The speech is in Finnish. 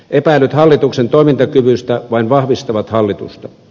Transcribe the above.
epäilyt hallituksen toimintakyvystä vain vahvistavat hallitusta